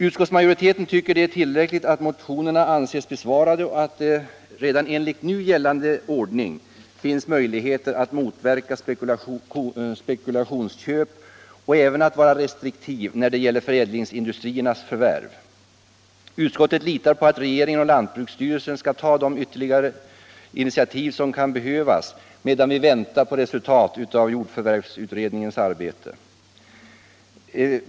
Utskottsmajoriteten tycker det är tillräckligt att motionerna anses besvarade, och att det redan enligt nu gällande ordning finns möjligheter att motverka spekulationsköp och även att vara restriktiv när det gäller förädlingsindustriernas förvärv. Utskottet litar på att regeringen och lantbruksstyrelsen skall ta de ytterligare initiativ som kan behövas medan vi väntar på resultatet av jordförvärvsutredningens arbete.